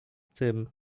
tym